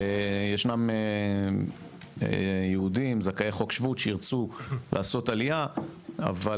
יש יהודים זכאי חוק שבות שירצו לעשות עלייה אבל